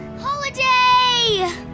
Holiday